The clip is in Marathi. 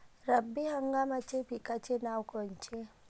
रब्बी हंगामाच्या पिकाचे नावं कोनचे?